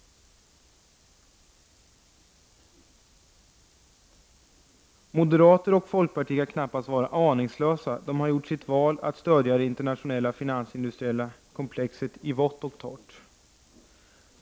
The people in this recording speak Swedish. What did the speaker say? Moderater och folkpartister kan knappast vara aningslösa. De har gjort sitt val, nämligen att stödja det internationella finansindustriella komplexet i vått och torrt.